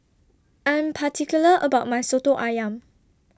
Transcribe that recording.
I Am particular about My Soto Ayam